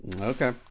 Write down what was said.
Okay